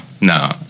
no